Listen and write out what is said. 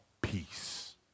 peace